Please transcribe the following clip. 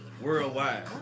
Worldwide